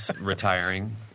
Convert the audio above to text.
retiring